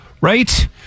right